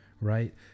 right